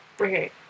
Okay